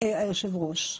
היושב ראש,